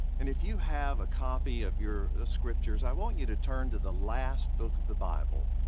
and if you have a copy of your scriptures, i want you to turn to the last book of the bible.